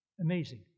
Amazing